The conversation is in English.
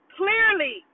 clearly